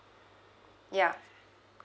yeah